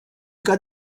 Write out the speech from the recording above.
got